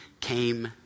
came